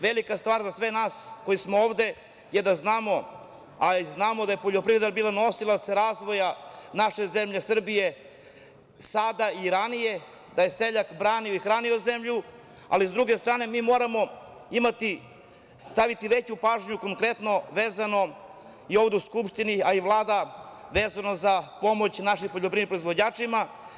Velika stvar za sve nas koji smo ovde je da znamo, a znamo da je poljoprivreda bila nosilac razvoja naše zemlje Srbije sada i ranije, da je seljak branio i hranio zemlju, ali s druge strane mi moramo staviti veću pažnju konkretno vezano, i ovde u Skupštini a i Vlada, vezano za pomoć našim poljoprivrednim proizvođačima.